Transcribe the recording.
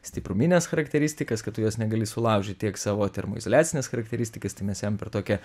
stiprumines charakteristikas kad tu jos negali sulaužyt tiek savo termoizoliacines charakteristikas tai mes jam per tokią